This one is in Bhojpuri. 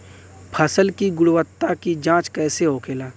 फसल की गुणवत्ता की जांच कैसे होखेला?